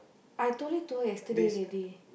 I told it to her yesterday already